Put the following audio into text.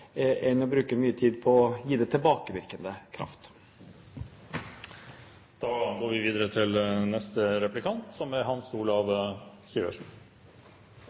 enn å bruke mye tid på å gi tilbakevirkende kraft. Som